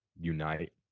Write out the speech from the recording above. unite